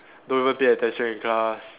don't even pay attention in class